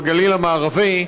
בגליל המערבי.